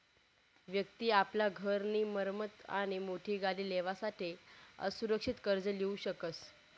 व्यक्ति आपला घर नी मरम्मत आणि मोठी गाडी लेवासाठे असुरक्षित कर्ज लीऊ शकस